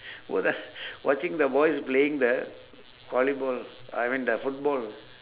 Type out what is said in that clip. wha~ the watching the boys playing the volleyball I mean the football